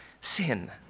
sin